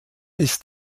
ist